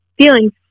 feelings